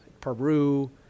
peru